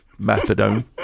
methadone